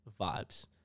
vibes